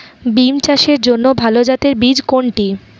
বিম চাষের জন্য ভালো জাতের বীজ কোনটি?